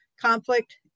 conflict